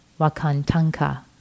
Wakantanka